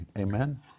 Amen